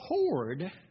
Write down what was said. hoard